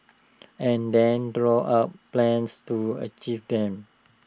and then draw up plans to achieve them